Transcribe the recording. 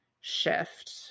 shift